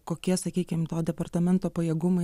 kokie sakykim to departamento pajėgumai